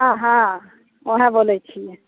हँ हँ ओएह बोलै छियै